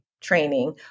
training